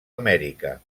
amèrica